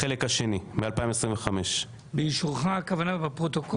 בחלק השני מ- 2025. באישורך הכוונה לפרוטוקול?